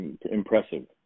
impressive